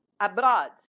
abroad